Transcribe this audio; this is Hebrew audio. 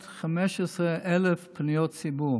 ב-615,000 פניות ציבור